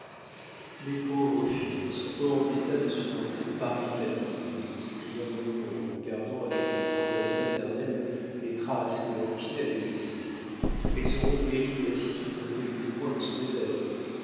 mes pauvres filles sont hors d'état de supporter de pareilles fatigues s'écria munro en regardant avec une tendresse paternelle les traces que leurs pieds avaient laissées elles auront péri de lassitude dans quelque coin de ce désert